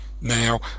now